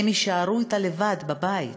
הם יישארו אתה לבד בבית.